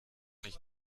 ich